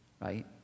Right